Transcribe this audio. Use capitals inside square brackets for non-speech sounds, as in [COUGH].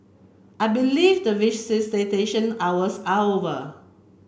I believe that [UNINTELLIGIBLE] hours are over